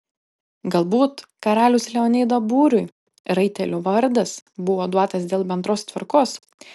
galbūt karaliaus leonido būriui raitelių vardas buvo duotas dėl bendros tvarkos